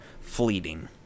fleeting